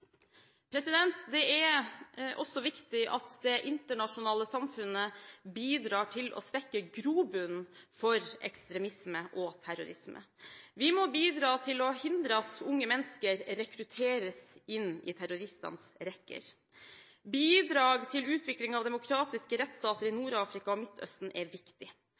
Det er også viktig at det internasjonale samfunnet bidrar til svekket grobunn for ekstremisme og terrorisme. Vi må bidra til å hindre at unge mennesker rekrutteres inn i terroristenes rekker. Bidrag til utvikling av demokratiske rettsstater i Nord-Afrika og Midtøsten er viktig.